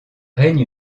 règne